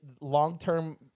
long-term